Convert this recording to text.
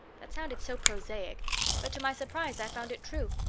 that sounded so prosaic but to my surprise i found it true.